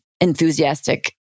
enthusiastic